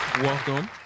Welcome